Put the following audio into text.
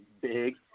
big